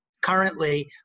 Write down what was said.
Currently